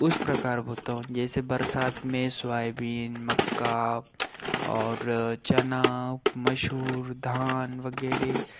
उस प्रकार बोता हूँ जैसे बरसात में सौयबीन मक्का और चना मसूर धान वगैरह